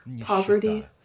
poverty